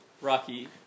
Rocky